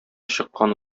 чыккан